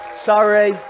sorry